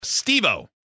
steve-o